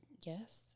Yes